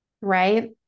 right